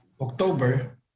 October